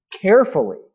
carefully